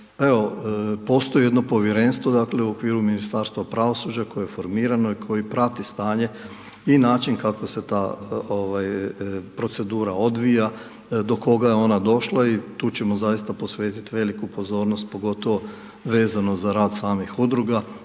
Evo, postoji jedno Povjerenstvo u okviru Ministarstva pravosuđa koje je formirano i koji prati stanje i način kako se ta procedura odvija, do koga je ona došla i tu ćemo zaista posvetit veliku pozornost, pogotovo vezano za rad samih Udruga